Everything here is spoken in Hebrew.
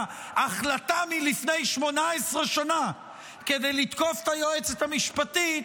החלטה מלפני 18 שנה כדי לתקוף את היועצת המשפטית,